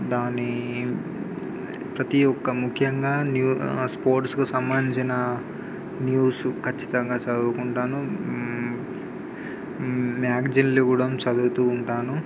దాని ప్రతీ ఒక్క ముఖ్యంగా న్యూ స్పోర్ట్స్కు సంబంధించిన న్యూస్ ఖచ్చితంగా చదువుకుంటాను మ్యాగజీన్లు కూడా చదువుతూ ఉంటాను